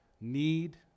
Need